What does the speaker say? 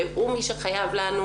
והוא זה שחייב לנו